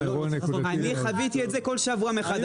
אני חוויתי את זה כל שבוע מחדש.